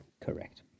correct